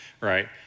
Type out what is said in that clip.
right